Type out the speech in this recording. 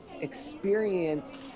experience